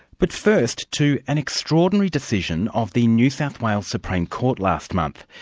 but first to an extraordinary decision of the new south wales supreme court last month.